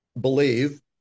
believe